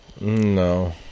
No